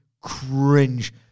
cringe